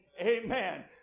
Amen